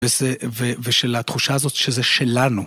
ושל התחושה הזאת שזה שלנו.